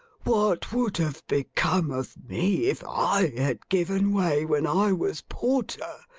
what would have become of me if i had given way when i was porter,